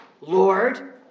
Lord